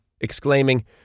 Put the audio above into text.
exclaiming